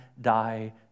die